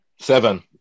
Seven